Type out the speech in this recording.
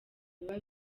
biba